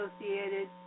associated